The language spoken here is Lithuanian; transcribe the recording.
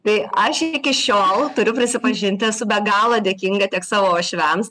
tai aš iki šiol turiu prisipažinti esu be galo dėkinga tiek savo uošviams